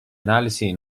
analisi